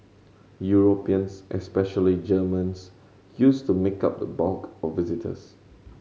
Europeans especially Germans used to make up the bulk of visitors